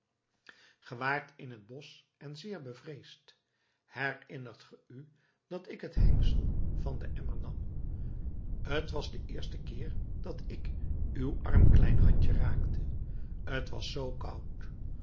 waart in het bosch en zeer bevreesd herinnert ge u dat ik het hengsel van den emmer nam t was de eerste keer dat ik uw arm klein handje raakte t was zoo koud